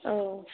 औ